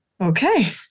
Okay